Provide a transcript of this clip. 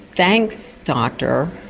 thanks doctor,